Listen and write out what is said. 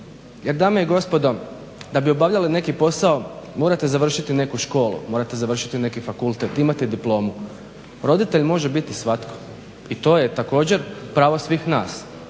Jer dame i gospodo da bi obavljali neki posao morate završiti neku školu, morate završiti neki fakultet, imati diplomu. Roditelj može biti svatko i to je također pravo svih nas,